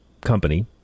company